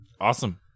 Awesome